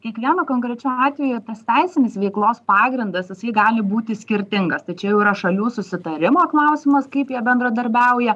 kiekvienu konkrečiu atveju tas teisinis veiklos pagrindas jisai gali būti skirtingas tai čia jau yra šalių susitarimo klausimas kaip jie bendradarbiauja